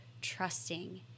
trusting